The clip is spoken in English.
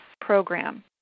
program